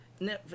Netflix